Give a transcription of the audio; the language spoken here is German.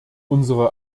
unsere